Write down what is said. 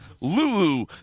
Lulu